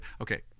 Okay